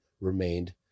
remained